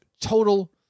total